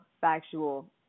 factual